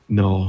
no